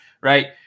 right